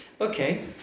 okay